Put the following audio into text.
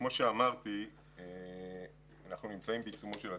כמו שאמרתי, אנחנו בעיצומו של התהליך.